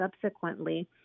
subsequently